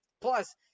Plus